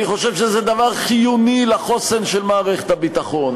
אני חושב שזה דבר חיוני לחוסן של מערכת הביטחון.